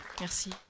Merci